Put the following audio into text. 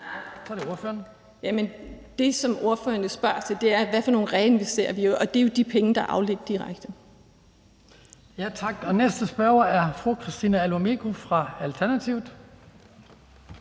Det, som ordføreren spørger til, er jo, hvad for nogle penge vi reinvesterer, og det er de penge, der er afledt direkte.